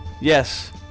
Yes